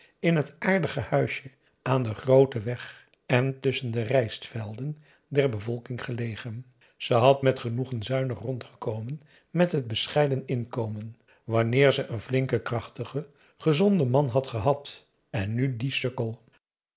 in het aardige huisje aan den grooten weg en tusschen de rijstvelden der bevolking gelegen ze had met genoegen zuinig rondgekomen met t bescheiden inkomen wanneer ze een flinken krachtigen gezonden man had gehad en nu dien sukkel